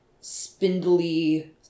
spindly